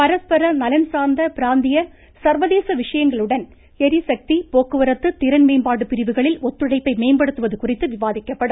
பரஸ்பர நலன்சார்ந்த பிராந்திய சர்வதேச விஷயங்களுடன் ளிசக்தி போக்குவரத்து திறன்மேம்பாடு பிரிவுகளில் ஒத்துழைப்பை மேம்படுத்துவது குறித்து விவாதிக்கப்படும்